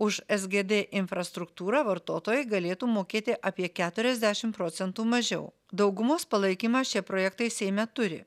už sgd infrastruktūrą vartotojai galėtų mokėti apie keturiasdešim procentų mažiau daugumos palaikymą šie projektai seime turi